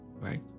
right